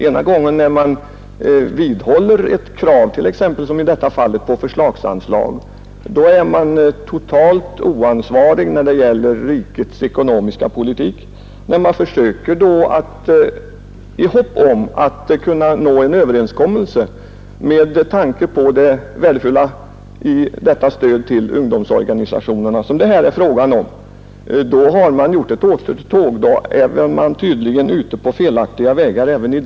Om man ena gången vidhåller ett krav, t.ex. på förslagsanslag som i detta fall, anses man totalt oansvarig när det gäller rikets ekonomiska politik. När man andra gången försöker nå en överenskommelse med tanke på det värdefulla i det stöd till ungdomsorganisationerna som det här är fråga om, då har man gjort ett återtåg; även då är man tydligen ute på felaktiga vägar.